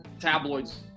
tabloids